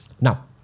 Now